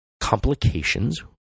complications